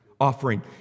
offering